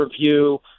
review